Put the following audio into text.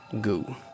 goo